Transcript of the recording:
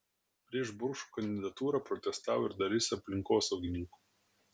prieš burkšo kandidatūrą protestavo ir dalis aplinkosaugininkų